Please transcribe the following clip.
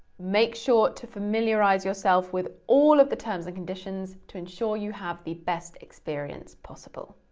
make sure to familiarise yourself with all of the terms and conditions to ensure you have the best experience possible.